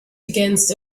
against